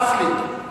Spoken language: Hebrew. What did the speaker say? ספרותית אסלית.